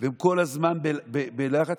והם כל הזמן בלחץ,